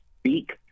speak